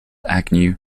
agnew